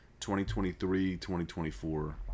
2023-2024